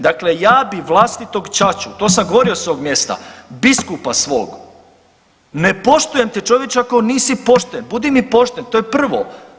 Dakle, ja bi vlastitog ćaću, to sam govorio s ovog mjesta, biskupa svog, ne poštujem te čovječe ako nisi pošten, budi mi pošten, to je prvo.